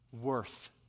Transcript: worth